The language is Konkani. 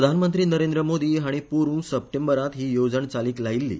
प्रधानमंत्री नरेंद्र मोदी हाणी पोरु सप्टेंबरांत हि येवणज चालीक लायील्ली